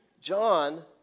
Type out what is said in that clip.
John